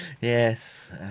Yes